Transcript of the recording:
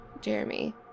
Jeremy